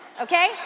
okay